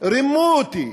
רימו אותי,